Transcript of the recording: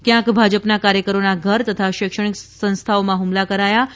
કયાંક ભાજપના કાર્યકરોના ધર તથા શૈક્ષણિક સંસ્થાઓમાં ફમલા કરાયા હતા